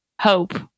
Hope